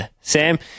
Sam